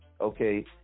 okay